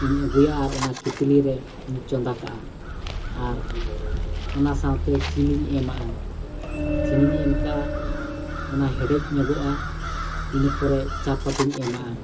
ᱤᱧ ᱟᱹᱜᱩᱭᱟ ᱟᱨ ᱚᱱᱟ ᱠᱮᱴᱞᱤ ᱨᱮᱧ ᱪᱚᱸᱫᱟ ᱠᱟᱜᱼᱟ ᱟᱨ ᱚᱱᱟ ᱥᱟᱶᱛᱮ ᱪᱤᱱᱤᱧ ᱮᱢᱟᱜᱼᱟ ᱪᱤᱱᱤᱧ ᱮᱢ ᱠᱟᱜᱼᱟ ᱚᱱᱟ ᱦᱮᱱᱰᱮᱡ ᱧᱚᱜᱚᱜᱼᱟ ᱤᱱᱟᱹ ᱯᱚᱨᱮ ᱪᱟ ᱯᱟᱛᱤᱧ ᱮᱢᱟᱜᱼᱟ